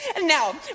Now